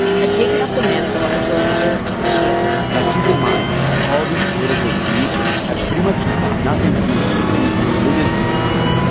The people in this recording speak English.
had taken up the mantle as the leader of the shia now, keep in mind all these political feuds had pretty much nothing to do with any religious disagreement.